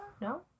No